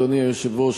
אדוני היושב-ראש,